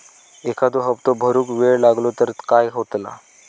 एखादो हप्तो भरुक वेळ लागलो तर काय होतला?